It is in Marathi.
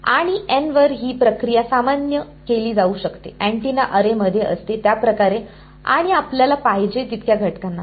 आणि N वर ही प्रक्रिया सामान्य केली जाऊ शकते अँटिना अरेमध्ये असते त्या प्रकारे आणि आपल्याला पाहिजे तितक्या घटकांना